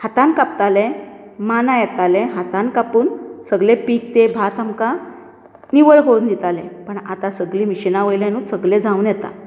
हातान कापताले मानाय येताले हातान कापून सगले पीक ते भात आमकां निवळ करून दिताले पण आता सगली मिशीनां वयल्यानूच सगळें जावन येता